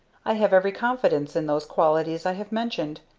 i have every confidence in those qualities i have mentioned!